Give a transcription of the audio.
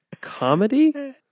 comedy